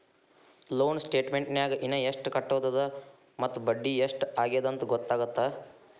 loan ಸ್ಟೇಟಮೆಂಟ್ನ್ಯಾಗ ಇನ ಎಷ್ಟ್ ಕಟ್ಟೋದದ ಮತ್ತ ಬಡ್ಡಿ ಎಷ್ಟ್ ಆಗ್ಯದಂತ ಗೊತ್ತಾಗತ್ತ